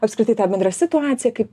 apskritai ta bendra situacija kaip